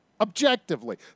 Objectively